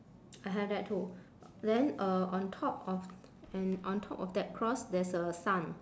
I have that too then uh on top of and on top of that cross there's a sun